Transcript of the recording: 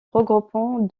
regroupant